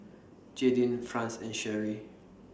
Jadyn Franz and Cherri